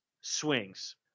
swings